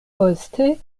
poste